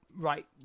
right